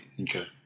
Okay